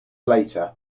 later